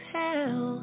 tell